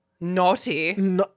naughty